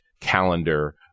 calendar